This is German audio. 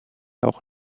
auch